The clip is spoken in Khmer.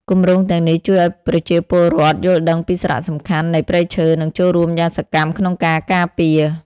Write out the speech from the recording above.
គម្រោងទាំងនេះជួយឱ្យប្រជាពលរដ្ឋយល់ដឹងពីសារៈសំខាន់នៃព្រៃឈើ និងចូលរួមយ៉ាងសកម្មក្នុងការការពារ។